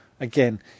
again